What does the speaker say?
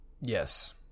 Yes